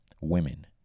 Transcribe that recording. women